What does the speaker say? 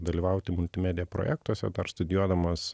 dalyvauti multimedija projektuose dar studijuodamas